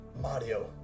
Mario